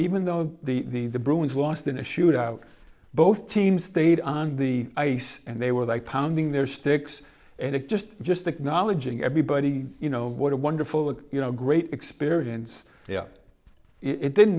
even though the bruins lost in a shootout both teams stayed on the ice and they were like pounding their sticks and it just just acknowledging everybody you know what a wonderful you know great experience it didn't